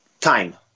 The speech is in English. time